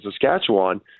Saskatchewan